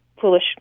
foolish